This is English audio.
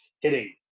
hitting